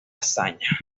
hazaña